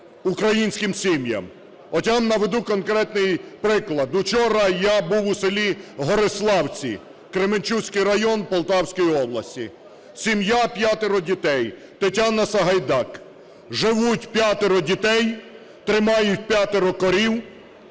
українським сім'ям. От я вам наведу конкретний приклад. Учора я був у селі Гориславці, Кременчуцький район Полтавської області. Сім'я – п'ятеро дітей. Тетяна Сагайдак. Живуть п'ятеро дітей, тримають п'ятеро корів,